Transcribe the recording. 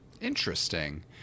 interesting